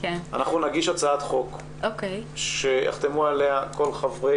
אנחנו נגיש הצעת חוק שיחתמו עליה כל חברי